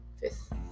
Fifth